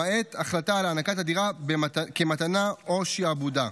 למעט החלטה על הענקת הדירה כמתנה או שעבודה.